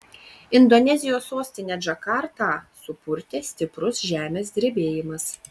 indonezijos sostinę džakartą supurtė stiprus žemės drebėjimas